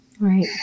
Right